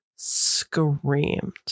Screamed